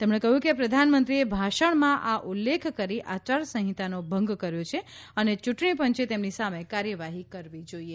તેમણે કહ્યું કે પ્રધાનમંત્રીએ ભાષણમાં આ ઉલ્લેખ કરી આચારસંહિતાનો ભંગ કર્યો છે અને ચૂંટણી પંચે તેમની સામે કાર્યવાહી કરવી જોઈએ